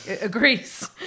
agrees